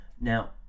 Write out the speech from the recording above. Now